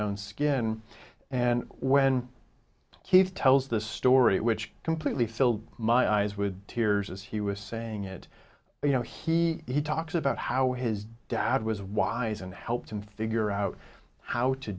own skin and when he tells the story which completely filled my eyes with tears as he was saying it you know he he talks about how his dad was wise and helped him figure out how to